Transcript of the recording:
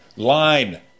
line